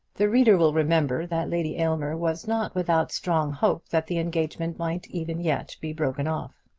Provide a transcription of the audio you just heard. the reader will remember that lady aylmer was not without strong hope that the engagement might even yet be broken off.